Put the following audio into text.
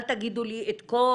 אל תגידו לי את כל